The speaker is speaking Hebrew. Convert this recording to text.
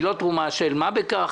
היא לא תרומה של מה בכך.